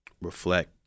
reflect